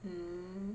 mmhmm